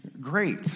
great